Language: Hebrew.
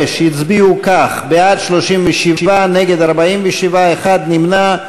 5 הצביעו כך: בעד, 37, נגד, 47, אחד נמנע.